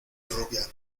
rubia